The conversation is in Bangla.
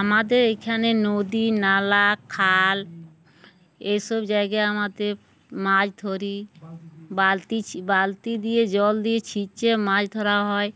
আমাদের এখানে নদী নালা খাল এইসব জায়গায় আমাদের মাছ ধরি বালতি ছ বালতি দিয়ে জল দিয়ে ছিঁচে মাছ ধরা হয়